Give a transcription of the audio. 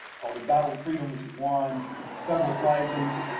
called embattled freedom, which has won several prizes,